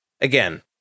again